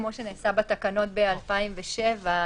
כמו שנעשה בתקנות ב-2007,